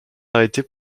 arrêtés